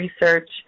research